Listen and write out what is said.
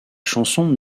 chanson